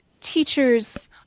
teachers